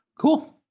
Cool